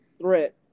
threat